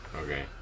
Okay